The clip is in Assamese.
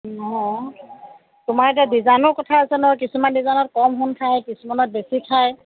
অ তোমাৰ এতিয়া ডিজাইনৰ কথা আছে নহয় কিছুমান ডিজাইনত কম সোণ খায় কিছুমানত বেছি খায়